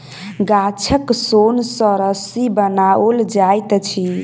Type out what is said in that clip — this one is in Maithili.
गाछक सोन सॅ रस्सी बनाओल जाइत अछि